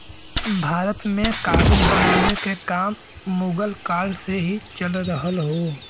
भारत में कागज बनावे के काम मुगल काल से ही चल रहल हौ